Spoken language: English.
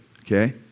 okay